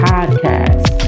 Podcast